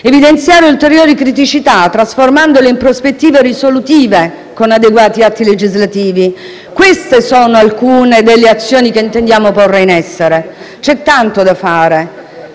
evidenziare ulteriori criticità, trasformandole in prospettive risolutive con adeguati atti legislativi. Queste sono alcune delle azioni che intendiamo porre in essere. C'è tanto da fare,